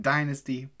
Dynasty